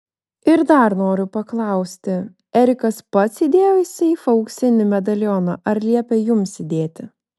ir dar noriu paklausti erikas pats įdėjo į seifą auksinį medalioną ar liepė jums įdėti